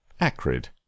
Acrid